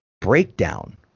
breakdown